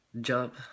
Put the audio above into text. job